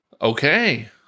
Okay